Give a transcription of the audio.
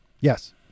Yes